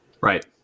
Right